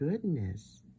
Goodness